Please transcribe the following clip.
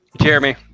Jeremy